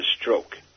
stroke